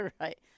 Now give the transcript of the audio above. right